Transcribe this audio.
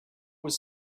was